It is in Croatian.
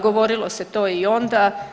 Govorilo se to i onda.